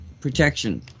protection